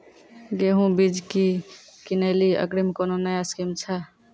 गेहूँ बीज की किनैली अग्रिम कोनो नया स्कीम छ?